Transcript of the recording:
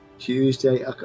Tuesday